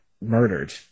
murdered